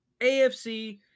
AFC –